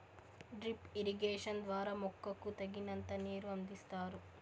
drip irrigation ద్వారా మొక్కకు తగినంత నీరును అందిస్తారు